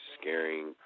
scaring